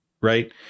right